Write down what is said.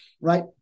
right